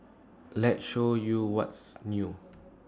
let's show you what's new